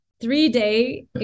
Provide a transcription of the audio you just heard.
three-day